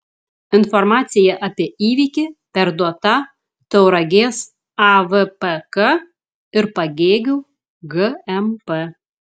informacija apie įvykį perduota tauragės avpk ir pagėgių gmp